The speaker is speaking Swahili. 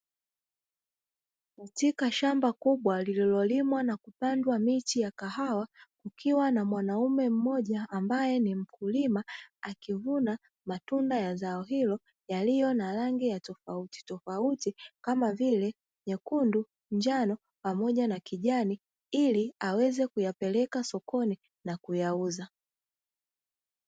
Katika shamba kubwa lililolimwa na kupandwa miti ya kahawa kukiwa na mwanaume mmoja ambae ni mkulima akivuna matunda ya zao hilo yaliyo na rangi tofautitofauti kama vile:- nyekundu, njano pamoja na kijani ili aweze kuyapeleka sokoni na kuyauza.